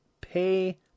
pay